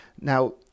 now